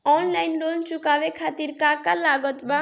Online loan चुकावे खातिर का का लागत बा?